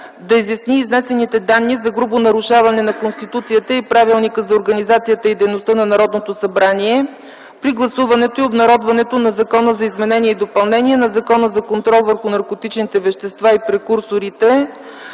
да изясни изнесените данни за грубо нарушаване на Конституцията и Правилника за организацията и дейността на Народното събрание при гласуването и обнародването на Закона за изменение и допълнение на Закона за контрол върху наркотичните вещества и прекурсорите